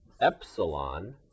epsilon